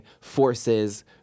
forces